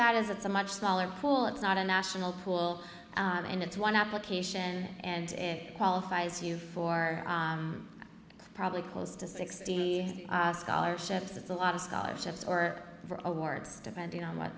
that is it's a much smaller pool it's not a national pool and it's one application and it qualifies you for probably close to sixteen scholarships it's a lot of scholarships or awards depending on what